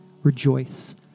Rejoice